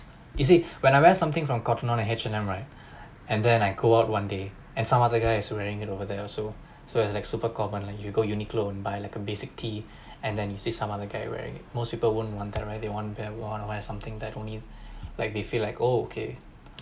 you see when I wear something from Cotton On and H&M right and then I go out one day and some other guy is wearing it over there also so it's like super common like you go Uniqlo and buy like a basic tee and then you see some other guy wearing it most people won't want their right they want one then want to wear something that only like they feel like oh okay